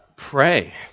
pray